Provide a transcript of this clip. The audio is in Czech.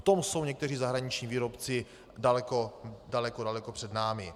V tom jsou někteří zahraniční výrobci daleko daleko před námi.